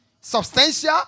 substantial